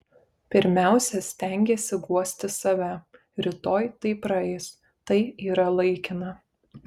pirmiausia stengiesi guosti save rytoj tai praeis tai yra laikina